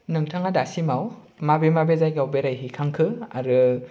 नोंथाङा दासिमाव माबे माबे जायगायाव बेरायहैखांखो आरो